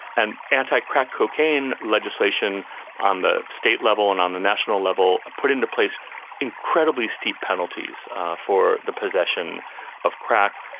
and anti crack cocaine legislation on the state level and on the national level put into place incredibly steep penalties for the possession of crack.